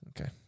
Okay